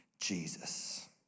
Jesus